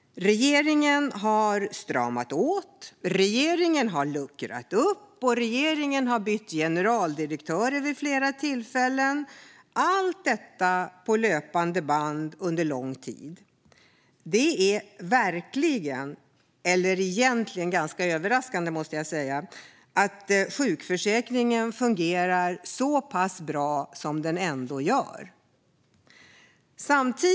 Regeringen har stramat åt. Regeringen har luckrat upp. Regeringen har bytt generaldirektörer vid flera tillfällen. Allt detta har skett på löpande band under lång tid. Det är egentligen överraskande att sjukförsäkringen fungerar så bra som den ändå gör.